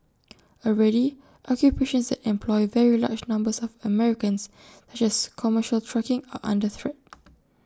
already occupations that employ very large numbers of Americans such as commercial trucking are under threat